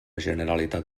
generalitat